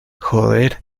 joder